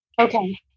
Okay